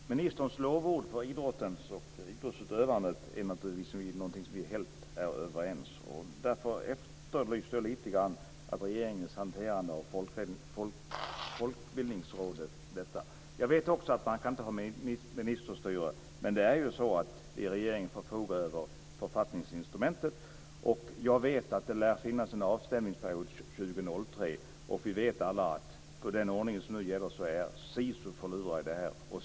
Fru talman! Ministerns lovord för idrotten och idrottsutövandet är vi naturligtvis helt överens om. Där efterlyser jag lite grann regeringens hanterande av Folkbildningsrådet. Jag vet att det inte går att ha ministerstyre, men regeringen förfogar över författningsinstrumentet. Jag vet att det lär finnas en avstämningsperiod fram till 2003, och vi vet alla att med den ordning som nu gäller är SISU förlorare.